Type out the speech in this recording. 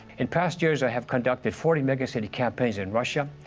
in past years i have conducted forty mega city campaigns in russia.